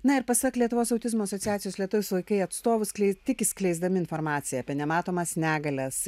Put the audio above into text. na ir pasak lietuvos autizmo asociacijos lietaus vaikai atstovų tik skleisdami informaciją apie nematomas negalias